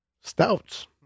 stouts